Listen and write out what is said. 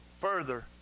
further